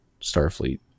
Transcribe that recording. Starfleet